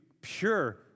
pure